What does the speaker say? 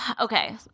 okay